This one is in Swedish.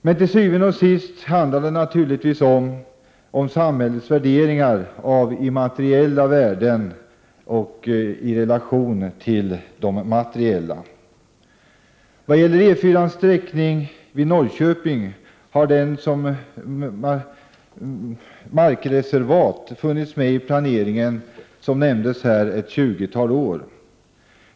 Men till syvende og sidst handlar det naturligtvis om samhällets värdering av immateriella värden framför materiella. När det gäller E 4-ans sträckning vid Norrköping har detta markreservat funnits med i planeringen under ett tjugotal år.